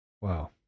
wow